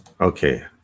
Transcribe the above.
okay